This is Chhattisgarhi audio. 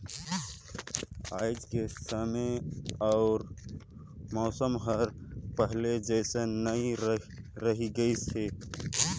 आयज के समे अउ मउसम हर पहिले जइसन नइ रही गइस हे